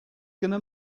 gonna